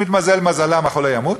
אם מתמזל מזלן, החולה ימות,